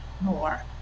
more